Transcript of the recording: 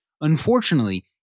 Unfortunately